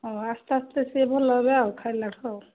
ହଉ ଆସ୍ତେ ଆସ୍ତେ ସେ ଭଲ ହେବେ ଆଉ ଖାଇଲାଠୁ